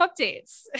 updates